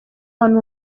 abantu